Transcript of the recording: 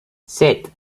set